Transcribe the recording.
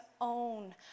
own